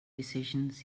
decisions